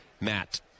Matt